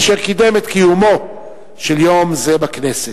אשר קידם את קיומו של יום זה בכנסת.